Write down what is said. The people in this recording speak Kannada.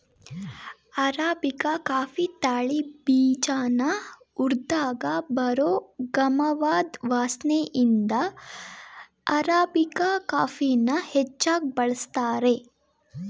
ಅರಾಬಿಕ ಕಾಫೀ ತಳಿ ಬೀಜನ ಹುರ್ದಾಗ ಬರೋ ಗಮವಾದ್ ವಾಸ್ನೆಇಂದ ಅರಾಬಿಕಾ ಕಾಫಿನ ಹೆಚ್ಚಾಗ್ ಬಳಸ್ತಾರೆ